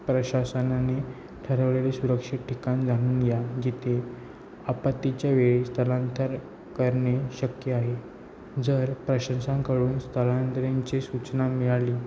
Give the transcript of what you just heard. प्रशासनाने ठरवलेले सुरक्षित ठिकाण जाणून घ्या जिथे आपत्तीच्या वेळी स्थलांतर करणे शक्य आहे जर प्रशासनांकडून स्थलांतराची सूचना मिळाली